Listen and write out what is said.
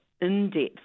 in-depth